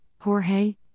Jorge